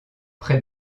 près